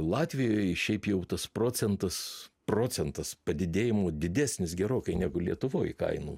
latvijoj šiaip jau tas procentas procentas padidėjimo didesnis gerokai negu lietuvoj kainų